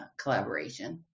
collaboration